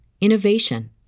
innovation